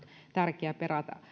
tärkeää perata